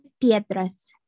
piedras